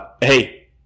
Hey